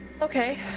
Okay